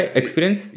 experience